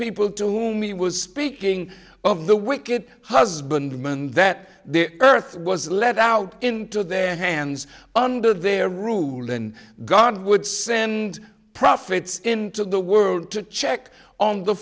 people to whom he was speaking of the wicked husbandmen that the earth was let out into their hands under their rule and god would send profits into the world to check on the